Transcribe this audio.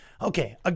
Okay